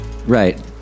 Right